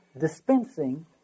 dispensing